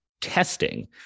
testing